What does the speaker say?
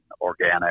organic